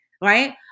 right